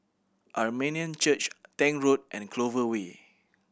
Armenian Church Tank Road and Clover Way